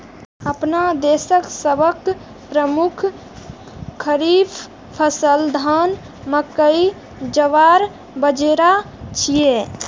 अपना देशक सबसं प्रमुख खरीफ फसल धान, मकई, ज्वार, बाजारा छियै